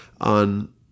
on